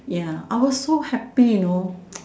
ya I were so happy you know